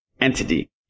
entity